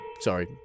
sorry